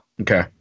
Okay